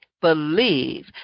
believe